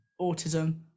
autism